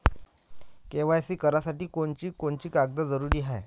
KYC करासाठी कोनची कोनची कागद जरुरी हाय?